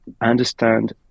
understand